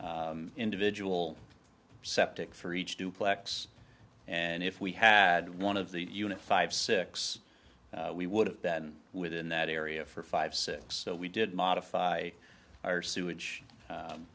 individual septic for each duplex and if we had one of the unit five six we would have been within that area for five six so we did modify our sewage